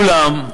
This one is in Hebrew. אולם,